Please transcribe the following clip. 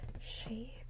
shape